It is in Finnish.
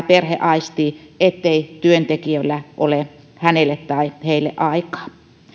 perhe aistii ettei työntekijöillä ole hänelle tai heille aikaa